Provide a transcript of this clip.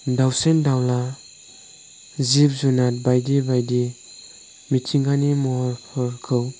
दाउसिन दावला जिब जुनार बायदि बायदि मिथिंगानि महरफोरखौ